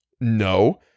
No